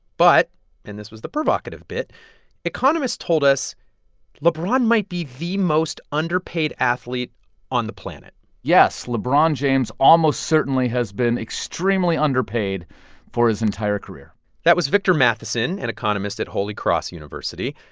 but and this was the provocative bit economists told us lebron might be the most underpaid athlete on the planet yes, lebron james almost certainly has been extremely underpaid for his entire career that was victor matheson, an economist at holy cross university.